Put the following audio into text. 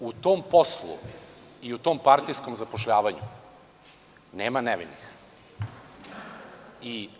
U tom poslu i u tom partijskom zapošljavanju nema nevinih.